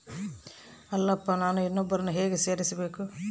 ಅಲ್ಲಪ್ಪ ನಾನು ಇನ್ನೂ ಒಬ್ಬರನ್ನ ಹೇಗೆ ಸೇರಿಸಬೇಕು?